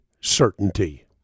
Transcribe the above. certainty